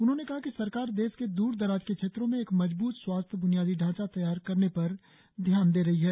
उन्होंने कहा कि सरकार देश के द्र दराज के क्षेत्रों में एक मजबूत स्वास्थ्य ब्नियादी ढांचा तैयार करने पर ध्यान दे रही है